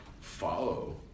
follow